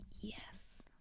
Yes